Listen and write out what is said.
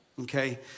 okay